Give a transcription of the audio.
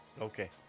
Okay